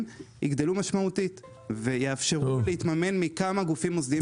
יגדלו משמעותית ויאפשר להתממן מכמה גופים מוסדיים.